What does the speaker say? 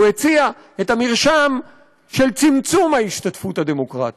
והוא הציע את המרשם של צמצום ההשתתפות הדמוקרטית.